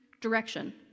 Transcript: direction